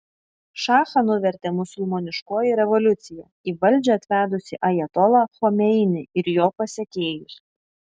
šachą nuvertė musulmoniškoji revoliucija į valdžią atvedusi ajatolą chomeinį ir jo pasekėjus